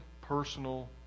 personal